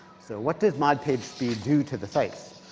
so what does mod pagespeed do to the sites?